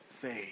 faith